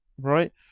right